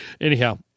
anyhow